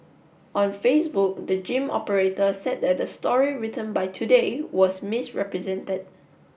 on Facebook the gym operator said that the story written by today was misrepresented